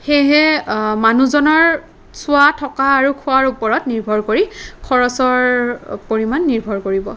সেয়েহে মানুহজনৰ চোৱা থকা আৰু খোৱাৰ ওপৰত নিৰ্ভৰ কৰি খৰচৰ পৰিমাণ নিৰ্ভৰ কৰিব